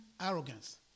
arrogance